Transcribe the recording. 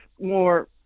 more